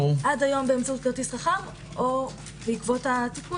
עד היום באמצעות כרטיס חכם או בעקבות התיקון